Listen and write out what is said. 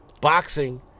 Boxing